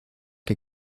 que